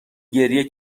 گریه